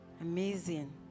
Amazing